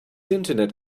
internet